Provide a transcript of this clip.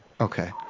Okay